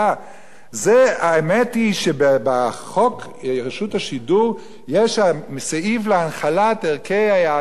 האמת היא שבחוק רשות השידור יש סעיף הנחלת ערכי היהדות והמורשת,